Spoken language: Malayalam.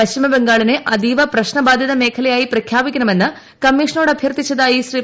പശ്ചിമബംഗാളിനെ അതീവ പ്രശ്നബാധിത മേഖലയായി പ്രഖ്യാപിക്കണമെന്ന് കമ്മീഷനോട് അഭ്യർത്ഥിച്ചതായി ശ്രീ